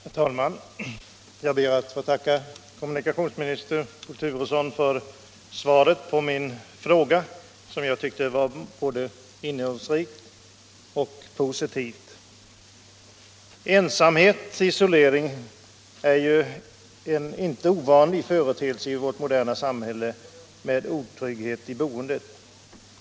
Herr talman! Jag ber att få tacka kommunikationsminister Turesson för svaret på min fråga. Jag tyckte det var både innehållsrikt och positivt. Ensamhet och isolering är en inte ovanlig företeelse i vårt moderna samhälle med otrygghet i boendet.